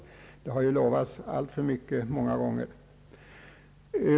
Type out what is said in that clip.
Det har lovats alltför mycket många gånger.